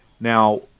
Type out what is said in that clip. Now